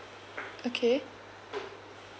okay